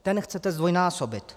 Ten chcete zdvojnásobit.